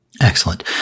Excellent